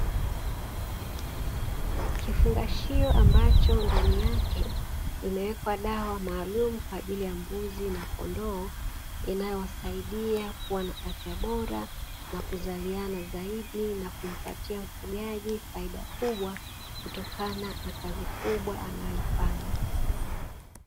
Kifungashio ambacho ndani yake imewekwa dawa maalumu kwa ajili ya mbuzi na kondoo. Inayowasaidia kuwa na afya bora na kuzaliana zaidi na kumpatia mfugaji faida kubwa kutokana na kazi kubwa anayoifanya.